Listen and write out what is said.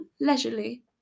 leisurely